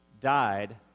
died